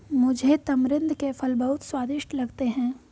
मुझे तमरिंद के फल बहुत स्वादिष्ट लगते हैं